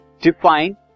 define